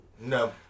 No